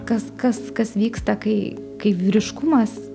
kas kas kas vyksta kai kai vyriškumas